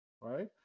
right